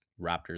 Raptors